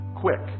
quick